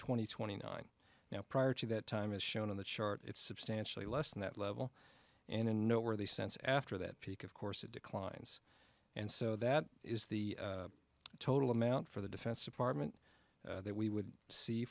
and twenty nine now prior to that time as shown in the chart it's substantially less than that level and in no where they sense after that peak of course it declines and so that is the total amount for the defense department that we would see